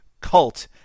Cult